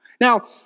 Now